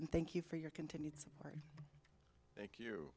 and thank you for your continued support thank you